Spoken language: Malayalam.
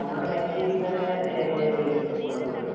നമ്മൾ നെക്സ്റ്റ് വീക്ക് തന്നെ ഇവിടെയെത്തും കോഴിക്കോടെത്തും